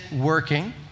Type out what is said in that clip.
working